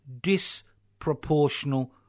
disproportional